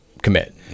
commit